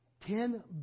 Ten